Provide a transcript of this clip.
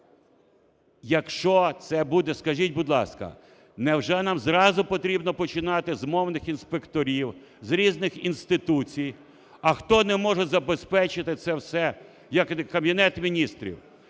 Якщо це буде, скажіть, будь ласка, невже нам зразу потрібно починати з мовних інспекторів, з різних інституцій? А хто не може забезпечити це все, як Кабінет Міністрів,